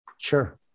Sure